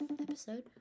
episode